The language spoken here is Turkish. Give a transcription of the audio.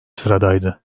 sıradaydı